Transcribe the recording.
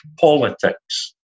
politics